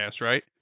right